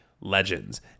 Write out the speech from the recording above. legends